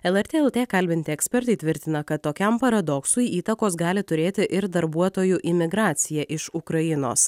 lrt kalbinti ekspertai tvirtina kad tokiam paradoksui įtakos gali turėti ir darbuotojų imigracija iš ukrainos